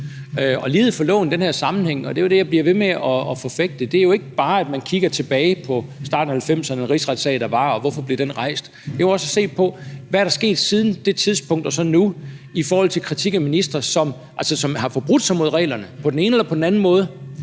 og lighed for loven i den her sammenhæng – det er jo det, jeg bliver ved med at forfægte – er ikke bare, at man kigger tilbage på starten af 1990'erne og den rigsretssag, der var, og hvorfor den blev rejst, men det er jo også at se på: Hvad er der sket siden det tidspunkt og så til nu i forhold til kritik af ministre, som har forbrudt sig mod reglerne på den ene eller på den anden måde